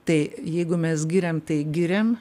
tai jeigu mes giriam tai giriam